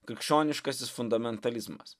krikščioniškasis fundamentalizmas